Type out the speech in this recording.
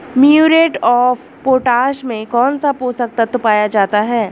Muriate of potash में कौन सा पोषक तत्व पाया जाता है?